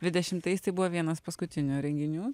dvidešimtais tai buvo vienas paskutinių renginių